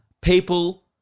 people